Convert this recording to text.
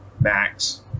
Max